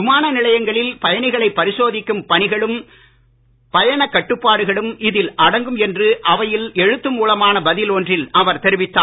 விமான நிலையங்களில் பயணிகளைப் பரிசோதிக்கும் பணிகளும் பயணக் கட்டுப்பாடுகளும் இதில் அடங்கும் என்று அவையில் எழுத்து மூலமான பதில் ஒன்றில் அவர் தெரிவித்தார்